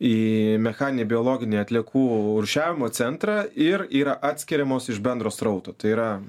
į mechaninį biologinį atliekų rūšiavimo centrą ir yra atskiriamos iš bendro srauto tai yra